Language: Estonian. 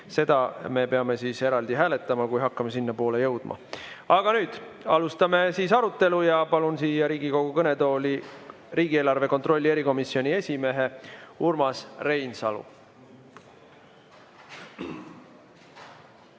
Seda me peame siis eraldi hääletama, kui hakkame sinna jõudma. Aga nüüd alustame arutelu ja palun siia Riigikogu kõnetooli riigieelarve kontrolli erikomisjoni esimehe Urmas Reinsalu.